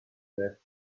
left